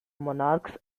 monarchs